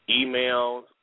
emails